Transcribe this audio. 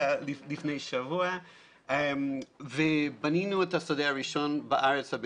לפני שבוע אבל בנינו את השדה הראשון בארץ,